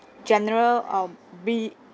general um be